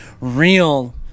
real